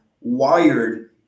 wired